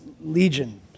Legion